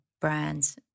brands